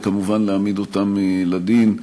וכמובן להעמיד אותם לדין,